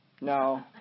No